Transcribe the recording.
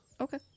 Okay